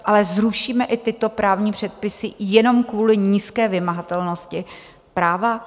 Ale zrušíme i tyto právní předpisy jenom kvůli nízké vymahatelnosti práva?